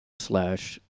slash